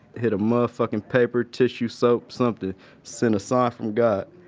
hit a motherfuckin' paper, tissue soap, something. send a sign from god.